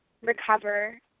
recover